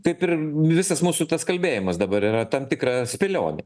taip ir visas mūsų tas kalbėjimas dabar yra tam tikra spėlionė